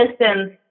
distance